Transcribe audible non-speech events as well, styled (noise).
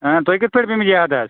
اۭں تۄہہِ کِتھ پٲٹھۍ (unintelligible) یاد آز